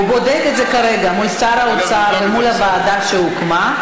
הוא בודק את זה כרגע מול שר האוצר ומול הוועדה שהוקמה,